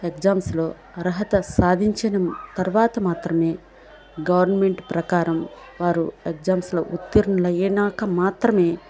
ఎగ్జామ్స్లో అర్హత సాధించిన తరువాత మాత్రమే గవర్నమెంట్ ప్రకారం వారు ఎగ్జామ్స్లో ఉత్తీర్ణులు అయినాక మాత్రమే